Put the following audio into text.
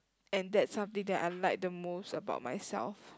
and that's something that I like the most about myself